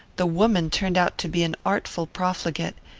the woman turned out to be an artful profligate.